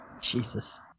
Jesus